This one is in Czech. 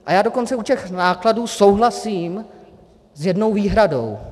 A já dokonce u těch nákladů souhlasím s jednou výhradou.